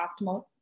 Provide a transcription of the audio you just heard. optimal